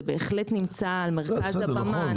זה בהחלט נמצא על מרכז הבמה,